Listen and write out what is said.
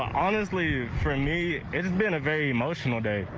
honestly, for me, it's been a very emotional days,